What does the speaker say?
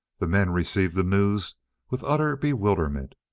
the men received the news with utter bewilderment.